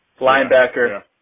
linebacker